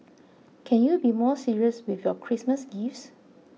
can you be more serious with your Christmas gifts